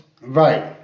Right